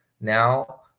now